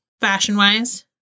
fashion-wise